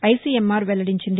ICMR వెల్లడించింది